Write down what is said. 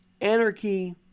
anarchy